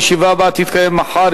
הישיבה הבאה תתקיים מחר,